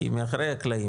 מאחורי הקלעים,